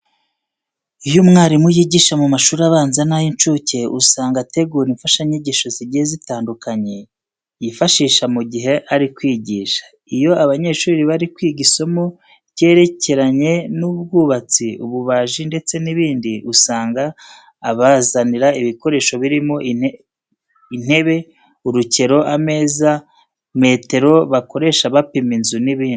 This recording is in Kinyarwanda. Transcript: Iyo umwarimu yigisha mu mashuri abanza n'ay'incuke, usanga ategura imfashanyigisho zigiye zitandukanye yifashisha mu gihe ari kwigisha. Iyo abanyeshuri bari kwiga isomo ryerekeranye n'ubwubatsi, ububaji ndetse n'ibindi, usanga abazanira ibikoresho birimo intebe, urukero, ameza, metero bakoresha bapima inzu n'ibindi.